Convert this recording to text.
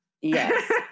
Yes